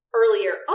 earlier